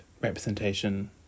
representation